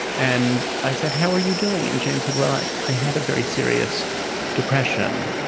and i said, how are you doing? and jane said, well, i i had a very serious depression.